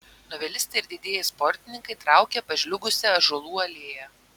novelistai ir didieji sportininkai traukė pažliugusia ąžuolų alėja